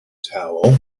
towel